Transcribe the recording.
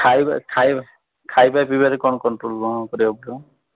ଖାଇବା ଖାଇବା ଖାଇବା ପିଇବାରେ କ'ଣ କଣ୍ଟ୍ରୋଲ୍ କ'ଣ କରିବାକୁ ପଡ଼ିବ